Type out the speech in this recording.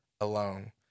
alone